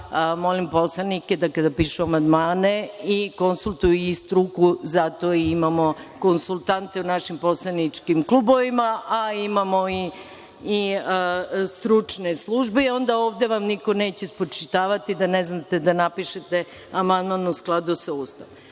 molim poslanike da, kada pišu amandmane, konsultuju i struku, zato i imamo konsultante u našim poslaničkim klubovima, a imamo i stručne službe i onda vam ovde niko neće spočitavati da ne znate da napišete amandman u skladu sa Ustavom. Molila